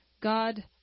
God